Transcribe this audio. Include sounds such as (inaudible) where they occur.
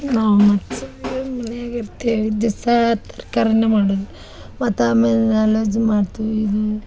ನಾವು (unintelligible) ಮನ್ಯಾಗ ಇರ್ತಿ ಇದು ದಿವ್ಸ ತರ್ಕಾರಿನೇ ಮಾಡುದ ಮತ್ತೆ ಆಮೇಲ ನಾನ್ ವೆಜ್ ಮಾಡ್ತೀವಿ ಇದು